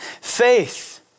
faith